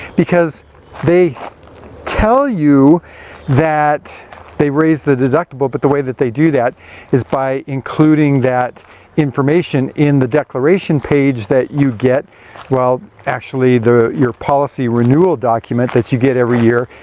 because they tell you that they raise the deductible, but the way that they do that is by including that information in the declaration page that you get well, actually, the your policy renewal document that you get every year.